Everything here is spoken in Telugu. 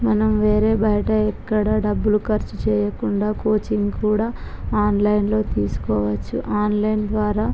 మనం వేరే బయట ఎక్కడా డబ్బులు ఖర్చు చెయ్యకుండా కోచింగ్ కూడా ఆన్లైన్లో తీసుకోవచ్చు ఆన్లైన్ ద్వారా